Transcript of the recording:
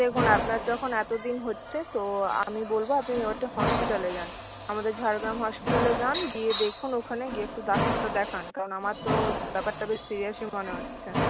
দেখুন আপনার যখন এতদিন হচ্ছে তো আমি বলবো আপনি হসপিটালে যান আমাদের ঝাড়গ্রাম হসপিটালে যান গিয়ে দেখুন ওখানে গিয়ে একটু ডাক্তারটা দেখান কারণ আমার তো ব্যাপারটা বেশ সিরিয়াসই মনে হচ্ছে